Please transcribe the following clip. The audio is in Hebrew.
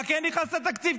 מה כן נכנס לתקציב?